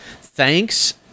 thanks